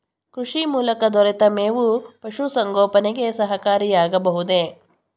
ಕೃಷಿ ಮೂಲಕ ದೊರೆತ ಮೇವು ಪಶುಸಂಗೋಪನೆಗೆ ಸಹಕಾರಿಯಾಗಬಹುದೇ?